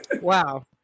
Wow